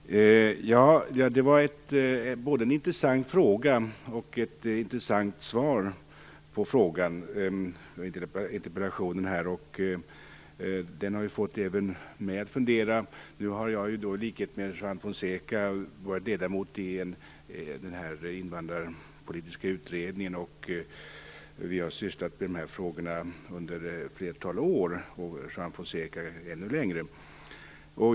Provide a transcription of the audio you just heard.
Fru talman! Det var både en intressant fråga och ett intressant svar. Den här interpellationen har fått även mig att fundera. Jag har ju i likhet med Juan Fonseca varit ledamot av den invandrarpolitiska utredningen, och vi har sysslat med de här frågorna under ett flertal år - Juan Fonseca ännu längre.